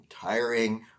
tiring